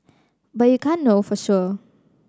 but you can't know for sure